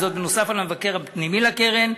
וזאת נוסף על המבקר הפנימי של הקרן.